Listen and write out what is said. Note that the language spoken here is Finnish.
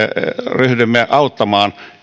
ryhdymme auttamaan